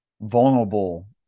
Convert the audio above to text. vulnerable